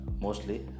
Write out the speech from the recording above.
mostly